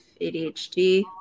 adhd